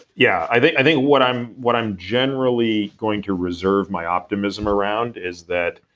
yeah. i think i think what i'm what i'm generally going to reserve my optimism around is that,